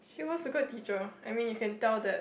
she was a good teacher I mean you can tell that